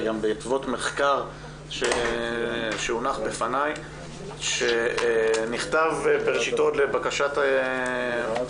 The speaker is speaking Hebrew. היא גם בעקבות מחקר שהונח בפניי שנכתב בראשיתו לבקשת הוועדה,